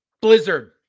blizzard